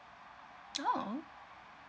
oh